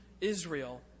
Israel